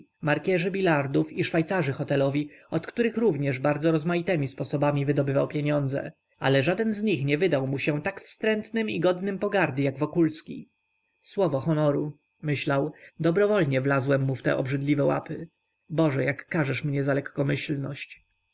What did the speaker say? restauracyj markierzy bilardów i szwajcarzy hotelowi od których również bardzo rozmaitemi sposobami wydobywał pieniądze ale żaden z nich nie wydał mu się tak wstrętnym i godnym pogardy jak wokulski słowo honoru myślał dobrowolnie wlazłem mu w te obrzydliwe łapy boże jak karzesz mnie za